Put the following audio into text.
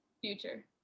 future